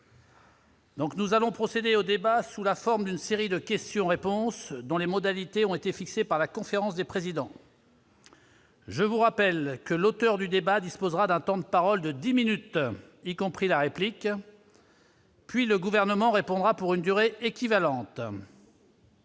nous allons procéder au débat sous la forme d'une série de questions-réponses, dont les modalités ont été fixées par la conférence des présidents. Je vous rappelle que l'auteur du débat disposera d'un temps de parole de 10 minutes, y compris la réplique. Puis le gouvernement répondra pour une durée équivalente.